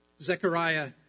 Zechariah